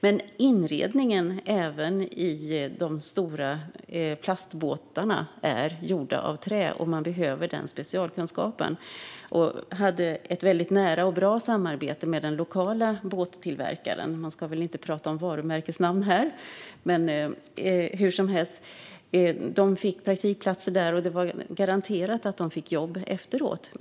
Men inredningen i stora plastbåtar är gjord av trä, och då behövs denna specialkunskap. Skolan hade ett nära och bra samarbete med den lokala båttillverkaren. Eleverna fick praktikplatser där, och de var garanterade jobb efteråt.